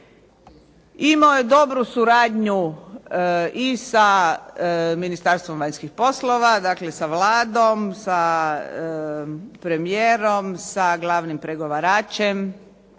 Imao je dobru suradnju i sa Ministarstvom vanjskih poslova, dakle sa Vladom, sa premijerom, sa glavnim pregovaračem